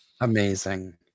Amazing